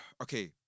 okay